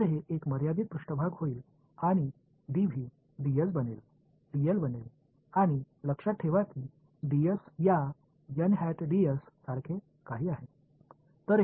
तर हे एक मर्यादित पृष्ठभाग होईल आणि dV dS बनेल dl बनेल आणि लक्षात ठेवा की dS या सारखे काही आहे